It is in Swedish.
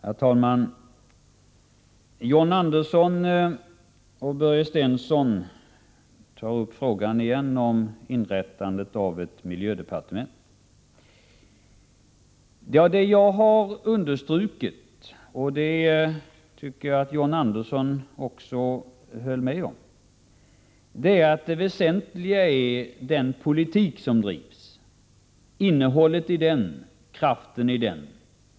Herr talman! John Andersson och Börje Stensson tar återigen upp frågan om inrättande av ett miljödepartement. Det jag har understrukit — och det tyckte jag att John Andersson också höll med om — är att det väsentliga är den politik som drivs, innehållet i den, kraften i den.